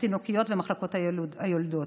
התינוקיות ומחלקות היולדות.